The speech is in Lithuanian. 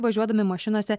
važiuodami mašinose